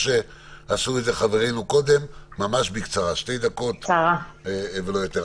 שתי דקות ולא יותר.